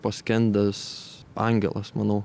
paskendęs angelas manau